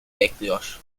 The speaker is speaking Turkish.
bekliyor